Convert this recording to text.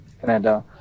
canada